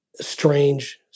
strange